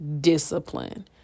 discipline